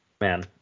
man